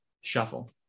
shuffle